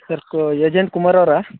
sir agent Kumar ಅವರಾ